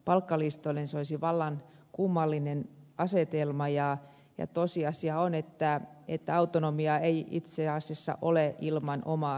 se olisi vallan kummallinen asetelma ja tosiasia on että autonomiaa ei itse asiassa ole ilman omaa henkilöstöpolitiikkaa